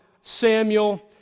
Samuel